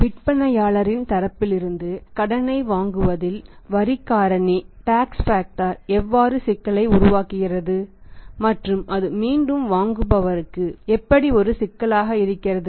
விற்பனையாளரின் தரப்பிலிருந்து கடனை விரிவாக்குவதில் டேக்ஸ் ஃபேக்டர் எவ்வாறு சிக்கலை உருவாக்குகிறது மற்றும் அது மீண்டும் வாங்குபவருக்கு எப்படி ஒரு சிக்கலாக இருக்கிறது